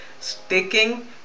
sticking